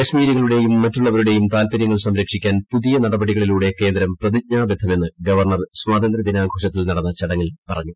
കാശ്മീരികളുടെയും മറ്റുള്ളവരുടെയും താല്പര്യങ്ങൾ സംരക്ഷിക്കാൻ പുതിയ നടപടികളിലൂടെ കേന്ദ്രം പ്രതിജ്ഞാബദ്ധമെന്ന് ഗവർണർ സ്വാതന്ത്യ ദിനാഘോഷത്തിൽ നടന്ന ചടങ്ങിൽ പറഞ്ഞു